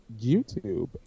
YouTube